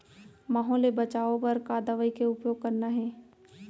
माहो ले बचाओ बर का दवई के उपयोग करना हे?